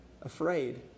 afraid